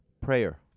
prayer